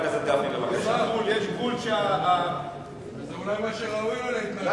יש גבול, אלה